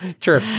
true